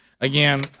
Again